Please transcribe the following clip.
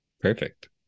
perfect